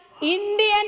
Indian